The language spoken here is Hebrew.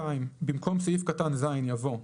במקום סעיף קטן (ז) יבוא: